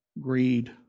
greed